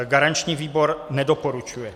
Garanční výbor nedoporučuje.